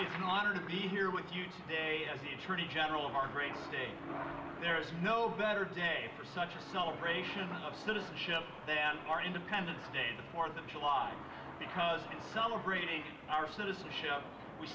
is an honor to be here with you today as the attorney general of our great day there is no better day for such a celebration of citizenship than our independence day the fourth of july because celebrating our citizenship we